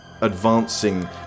advancing